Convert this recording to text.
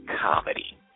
comedy